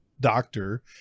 doctor